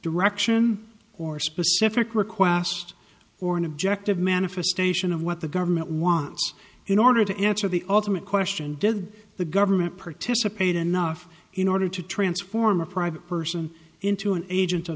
direction or specific request or an objective manifesto what the government wants in order to ensure the ultimate question did the government participate enough in order to transform a private person into an agent o